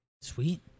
Sweet